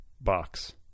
box